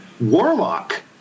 Warlock